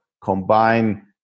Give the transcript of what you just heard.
combine